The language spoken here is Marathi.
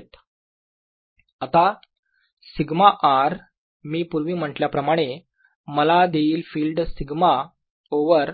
Eoutsideperpendicular14π0qr2d2dr2d214π0qdr2d232 आता σ r मी पूर्वी म्हटल्याप्रमाणे मला देईल फिल्ड σ ओवर